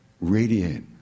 radiate